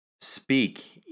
speak